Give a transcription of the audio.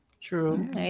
True